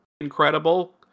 incredible